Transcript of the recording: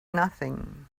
nothing